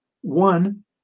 One